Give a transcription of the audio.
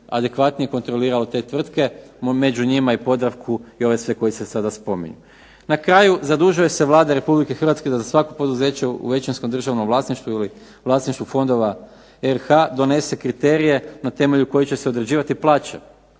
adekvatnije kontroliralo te tvrtke. Među njima i Podravku i ove sve koje se sada spominju. Na kraju, zadužuje se Vlada Republike Hrvatske da za svako poduzeće u većinskom državnom vlasništvu ili vlasništvu fondova RH donese kriterije na temelju kojih će se određivati plaće